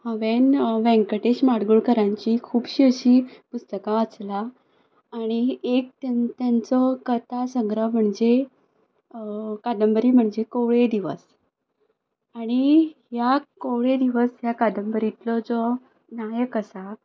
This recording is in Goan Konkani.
हांवेंन व्येंकटेश म्हार्दोळकरांचीं खूबशीं अशीं पुस्तकां वाचल्यांत आनी एक तें तेंचो कथा संग्रह म्हणजे कादंबरी म्हणजे कोवळे दिवस आनी ह्या कोवळे दिवस ह्या कादंबरींतलो जो नायक आसा